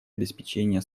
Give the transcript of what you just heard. обеспечения